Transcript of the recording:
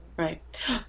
Right